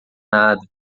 nada